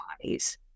bodies